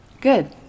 Good